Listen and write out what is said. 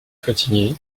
fatigué